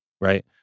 right